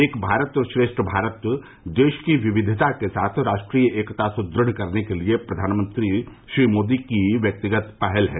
एक भारत श्रेष्ठ भारत देश की विविधता के साथ राष्ट्रीय एकता सुदढ़ करने के लिए प्रधानमंत्री श्री मोदी की व्यक्तिगत पहल है